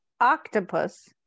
Octopus